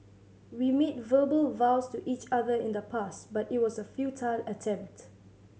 we made verbal vows to each other in the past but it was a futile attempt